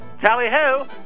Tally-ho